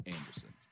Anderson